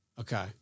Okay